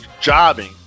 jobbing